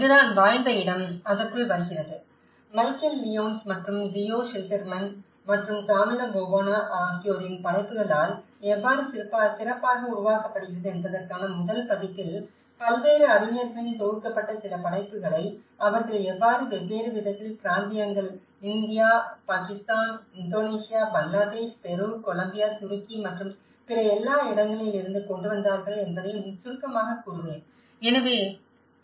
அங்குதான் வாழ்ந்த இடம் அதற்குள் வருகிறது மைக்கேல் லியோன்ஸ் மற்றும் தியோ ஷில்டர்மேன் மற்றும் காமிலோ போவானா ஆகியோரின் படைப்புகளால் எவ்வாறு சிறப்பாக உருவாக்கப்படுகிறது என்பதற்கான முதல் பதிப்பில் பல்வேறு அறிஞர்களின் தொகுக்கப்பட்ட சில படைப்புகளை அவர்கள் எவ்வாறு வெவ்வேறு விதத்தில் பிராந்தியங்கள் India Pakistan Indonesia Bangladesh Peru Colombia துருக்கி மற்றும் பிற எல்லா இடங்களில் இருந்து கொண்டு வந்தார்கள் என்பதையும் சுருக்கமாகக் கூறுவேன்